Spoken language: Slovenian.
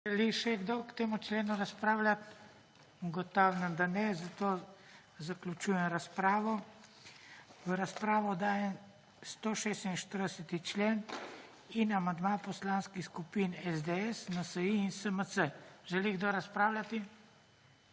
Želi še kdo k temu členu razpravljati? (Ne.) Ugotavljam, da ne. Zato zaključujem razpravo. V razpravo dajem 146. člen in amandma Poslanskih skupin SDS, NSi in SMC. Želi kdo razpravljati?